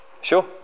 Sure